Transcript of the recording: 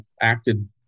acted